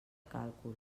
càlcul